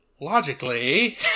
logically